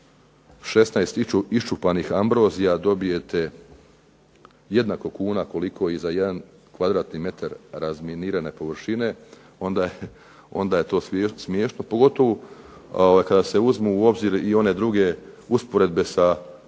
16 iščupanih ambrozija dobijete jednako kuna koliko i za jedan kvadratni metar razminirane površine, onda je to smiješno. Pogotovo kada se uzmu u obzir i one druge usporedbe sa farbanjem